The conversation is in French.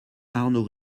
arnaud